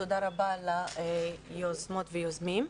תודה רבה ליוזמות וליוזמים.